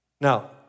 Now